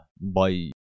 Bye